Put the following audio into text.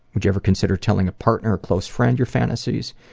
would you ever consider telling a partner or close friend your fantasies?